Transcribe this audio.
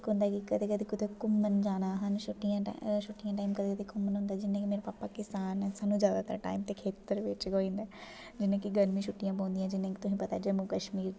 इक होंदा की कदें कदें कुदै घूम्मन जाना सानूं छुट्टियें दे टाइम छुट्टियें दे टाइम कदें कदें घूम्मन होंदा जि'यां कि मेरे भापा किसान न सानूं जादातर टाइम ते खेत्तर बिच गै होई जंदा जि'यां कि गरमी दियां छुट्टियां पौंदियां जि'यां कि तुसें ई पता ऐ जम्मू कश्मीर